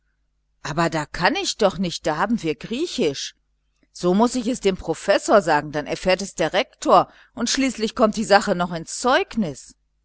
aber da kann ich doch nicht da haben wir griechisch so muß ich es dem professor sagen dann erfährt es der rektor und schließlich kommt die sache noch ins zeugnis